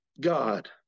God